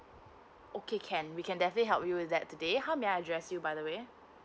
okay can we can definitely help you that today how may I address you by the way